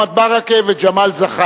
אין נמנעים.